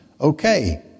okay